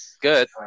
Good